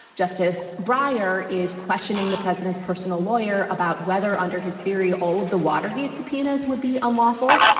justice breyer is questioning the president's personal lawyer about whether, under his theory, all of the watergate subpoenas would be unlawful.